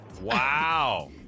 Wow